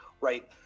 Right